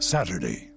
Saturday